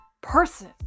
person